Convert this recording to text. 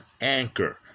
anchor